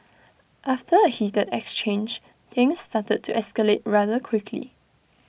after A heated exchange things started to escalate rather quickly